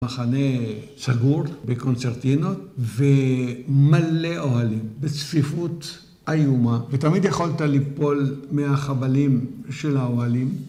מחנה סגור בקונצרטינות ומלא אוהלים בצפיפות איומה ותמיד יכולת ליפול מהחבלים של האוהלים